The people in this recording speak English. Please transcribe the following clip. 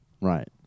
Right